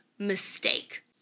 mistake